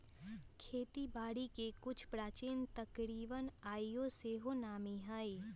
खेती बारिके के कुछ प्राचीन तरकिब आइयो सेहो नामी हइ